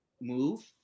move